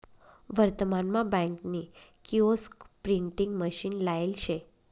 वर्तमान मा बँक नी किओस्क प्रिंटिंग मशीन लायेल शे